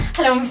Hello